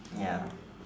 ya